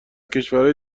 کشورای